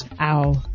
Ow